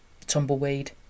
tumbleweed